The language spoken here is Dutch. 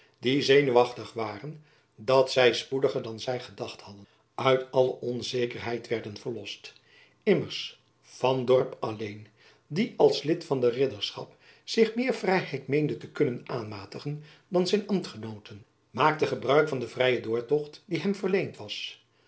die zenuwachtig waren dat zy spoediger dan zy gedacht hadden uit alle onzekerheid werden verlost immers van dorp alleen die als lid van de ridderschap zich meer vrijheid meende te kunnen aanmatigen dan zijn ambtgenooten maakte gebruik van den vrijen doortocht die hem verleend was